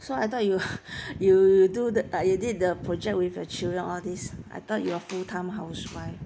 so I thought you you you do the ah you did the project with your children all these I thought you're full time housewife